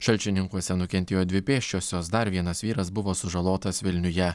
šalčininkuose nukentėjo dvi pėsčiosios dar vienas vyras buvo sužalotas vilniuje